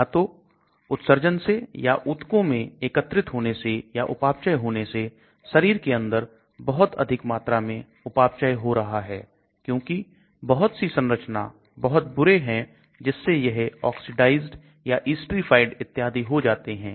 या तो उत्सर्जन से या ऊतकों में एकत्रित होने से या उपापचय होने से शरीर के अंदर बहुत अधिक मात्रा में उपापचय हो रहा है क्योंकि बहुत सी संरचना बहुत बुरे हैं जिससे यह Oxidised या esterified इत्यादि हो जाते हैं